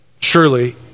surely